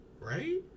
right